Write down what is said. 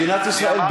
שמדינת ישראל,